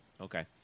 Okay